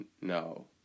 No